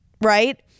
right